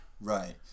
Right